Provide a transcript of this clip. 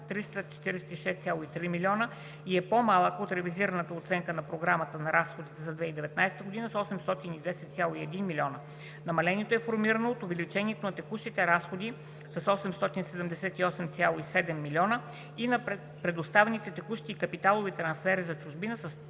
346,3 млн. лв. и е по-малък от ревизираната оценка на Програмата на разходите за 2019 г. с 810,1 млн. лв. Намалението е формирано от увеличение на текущите разходи с 878,7 млн. лв. и на предоставени текущи и капиталови трансфери за чужбина с